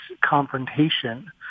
confrontation